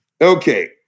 Okay